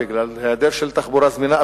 בגלל היעדר תחבורה זמינה,